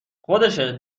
خودشه